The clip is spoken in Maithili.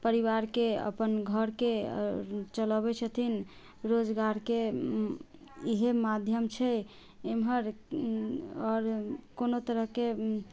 परिवारके अपन घरके चलऽबै छथिन रोजगारके इएहे माध्यम छै इमहर आओर कोनो तरहके